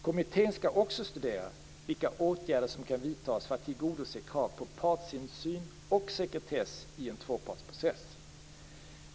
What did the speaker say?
Kommittén skall också studera vilka åtgärder som kan vidtas för att tillgodose krav på partsinsyn och sekretess i en tvåpartsprocess.